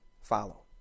follow